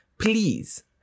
please